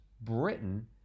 Britain